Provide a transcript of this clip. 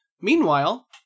Meanwhile